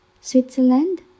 Switzerland